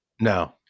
No